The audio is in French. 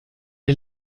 est